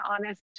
honest